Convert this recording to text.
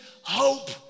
hope